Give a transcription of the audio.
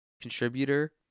contributor